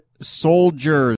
soldiers